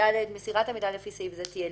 (ד) מסירת המידע לפי סעיף זה תהיה,